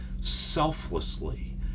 selflessly